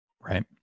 Right